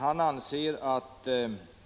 Han anser att